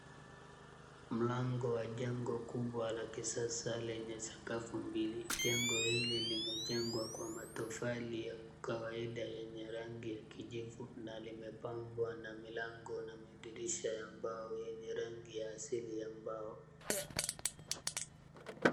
Mlango wa jengo kubwa la kisasa lenye sakafu mbili. Jengo hili limejengwa kwa matofali ya kawaida yenye rangi ya kijivu na limepambwa na milango na madirisha ya mbao yenye rangi asili ya mbao.